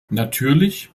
natürlich